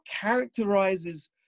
characterizes